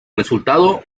resultado